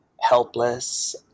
helpless